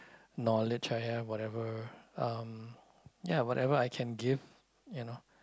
knowledge I have whatever I can give you know